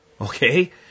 Okay